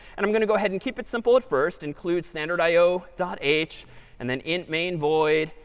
and i'm going to go ahead and keep it simple at first, include standard i o dot h and then int main void.